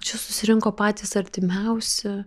čia susirinko patys artimiausi